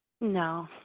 No